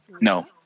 No